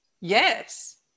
Yes